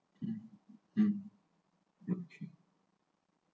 um